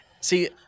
See